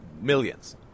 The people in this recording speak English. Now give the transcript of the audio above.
millions